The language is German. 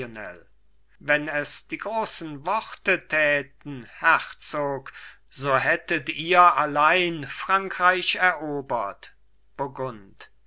wenn es die großen worte täten herzog so hättet ihr allein frankreich erobert burgund